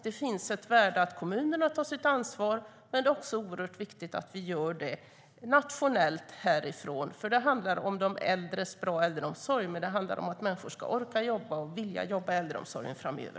Det finns ett värde i att kommunerna tar sitt ansvar, men det är oerhört viktigt att vi också gör det nationellt härifrån. För det handlar om en bra omsorg för de äldre men också om att människor ska orka och vilja jobba inom äldreomsorgen framöver.